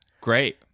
Great